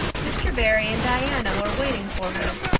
mr. barry and diana were waiting for her,